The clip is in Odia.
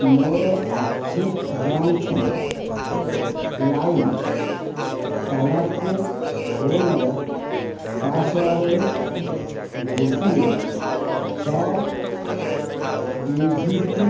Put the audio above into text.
ମୋର ଆକ୍ସିସ୍ ବ୍ୟାଙ୍କ ଲାଇମ୍ ତାଲାକୁ ଫୋନର ପାସୱାର୍ଡ଼ରୁ ଗୋଟିଏ ଛଅ ଡିଜିଟ୍